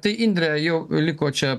tai indre jau liko čia